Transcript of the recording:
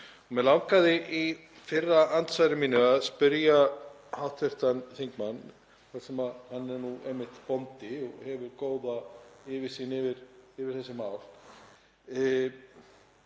Mig langaði í fyrra andsvari mínu að spyrja hv. þingmann, þar sem hann er nú einmitt bóndi og hefur góða yfirsýn yfir þessi mál: